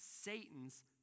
Satan's